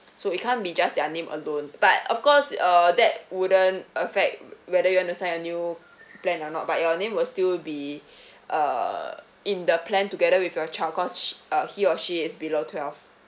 so it can't be just their name alone but of course err that wouldn't affect whether you want to sign a new plan or not but your name will still be uh in the plan together with your child cause sh~ uh he or she is below twelve